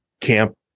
camp